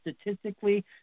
statistically